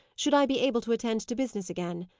should i be able to attend to business again.